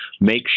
make